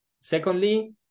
Secondly